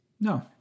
no